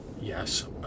Yes